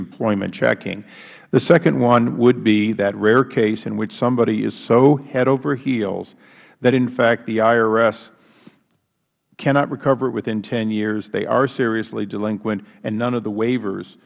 employment checking the second one would be that rare case in which somebody is so head over heels that in fact the irs cannot recover it within ten years they are seriously delinquent and none of the waivers